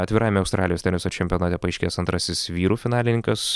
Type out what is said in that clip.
atvirajame australijos teniso čempionate paaiškės antrasis vyrų finalininkas